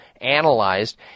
analyzed